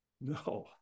No